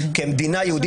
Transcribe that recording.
קריאה ראשונה?